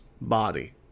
body